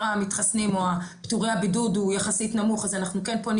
המתחסנים או פטורי הבידוד הוא יחסית נמוך אז אנחנו כן פונים